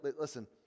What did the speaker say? listen